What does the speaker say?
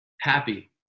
happy